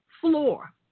floor